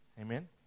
Amen